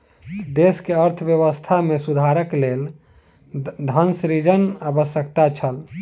देश के अर्थव्यवस्था में सुधारक लेल धन सृजन के आवश्यकता छल